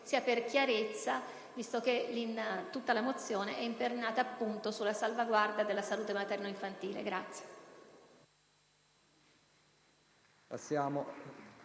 sia per chiarezza, visto che tutta la mozione è imperniata appunto sulla salvaguardia della salute materno-infantile.